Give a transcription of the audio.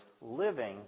living